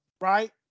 right